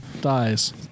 dies